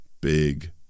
big